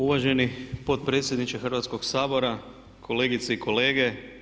Uvaženi potpredsjedniče Hrvatskoga sabora, kolegice i kolege.